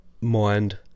mind